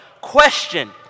Question